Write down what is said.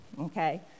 okay